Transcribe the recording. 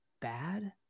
bad